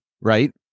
right